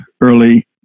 early